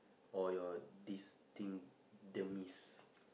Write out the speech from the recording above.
or your distinct dermis